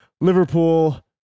Liverpool